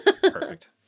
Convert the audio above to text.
Perfect